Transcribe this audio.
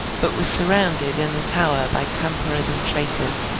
but was surrounded in the tower by tamperers and traitors,